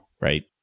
right